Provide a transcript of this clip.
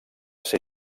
ser